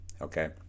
Okay